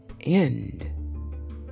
end